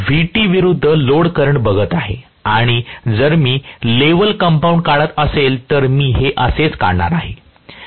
मी Vt विरूद्ध load current बघत आहे आणि जर मी लेवल कंपाऊंड काढत असेल तर मी हे असेच काढणार आहे